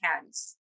hands